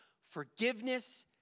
forgiveness